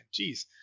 Jeez